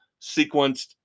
sequenced